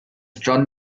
john